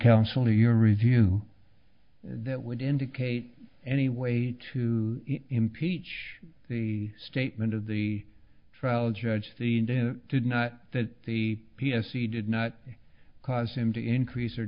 counsel to your review that would indicate any way to impeach the statement of the trial judge the and they did not that the p s c did not cause him to increase or